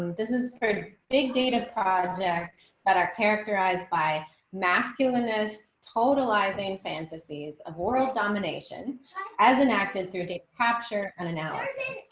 this is for big data projects that are characterized by masculinised total eyes and fantasies of world domination as an active through data capture on an